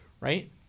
right